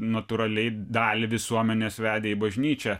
natūraliai dalį visuomenės vedė į bažnyčią